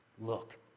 Look